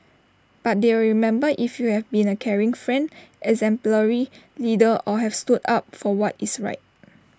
but they'll remember if you have been A caring friend exemplary leader or have stood up for what is right